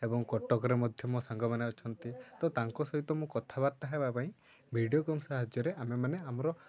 ଏବଂ କଟକରେ ମଧ୍ୟ ମୋ ସାଙ୍ଗମାନେ ଅଛନ୍ତି ତ ତାଙ୍କ ସହିତ ମୁଁ କଥାବାର୍ତ୍ତା ହେବା ପାଇଁ ଭିଡ଼ିଓ ଗେମ୍ ସାହାଯ୍ୟରେ ଆମେ ମାନେ ଆମର